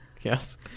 Yes